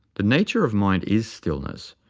the nature of mind is stillness,